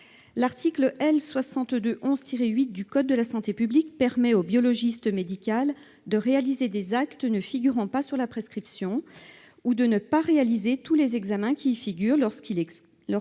L'article L. 6211-8 du code de la santé publique permet au biologiste médical de réaliser des actes ne figurant pas sur la prescription, ou de ne pas réaliser tous les examens qui y figurent, lorsqu'il l'estime